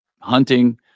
hunting